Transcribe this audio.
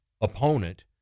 opponent